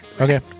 Okay